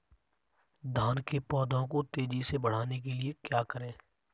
धान के पौधे को तेजी से बढ़ाने के लिए क्या करें?